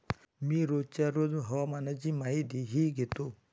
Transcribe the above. मी रोजच्या रोज हवामानाची माहितीही घेतो